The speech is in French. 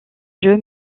jeu